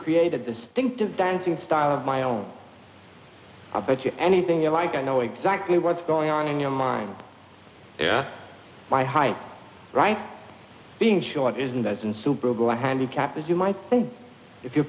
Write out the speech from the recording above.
create a distinctive dancing style of my own i bet you anything you like i know exactly what's going on in your mind yeah my height right being short isn't as insuperable i handicap as you might think if your